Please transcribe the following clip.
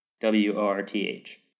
W-O-R-T-H